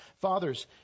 Fathers